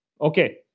Okay